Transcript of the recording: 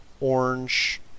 Orange